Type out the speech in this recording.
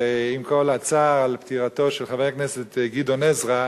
ועם כל הצער על פטירתו של חבר הכנסת גדעון עזרא,